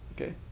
Okay